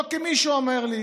ולא כי מישהו אומר לי.